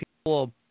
people